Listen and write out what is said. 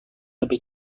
lebih